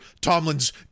Tomlin's